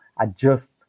adjust